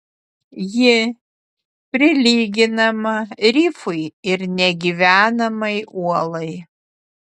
ji prilyginama rifui ir negyvenamai uolai